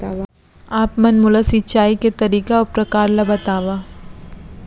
आप मन मोला सिंचाई के तरीका अऊ प्रकार ल बतावव?